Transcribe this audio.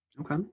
Okay